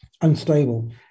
unstable